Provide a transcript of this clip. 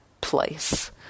place